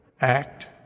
act